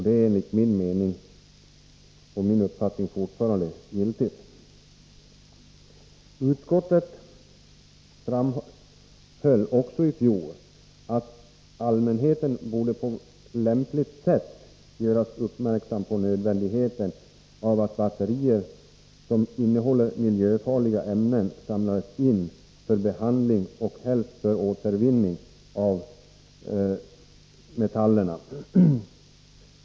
Det är enligt min uppfattning någonting som fortfarande gäller. Utskottet framhöll också i fjol att allmänheten borde på lämpligt sätt göras uppmärksam på nödvändigheten av att batterier som innehåller miljöfarliga ämnen samlas in för behandling och helst för återvinning av metallerna.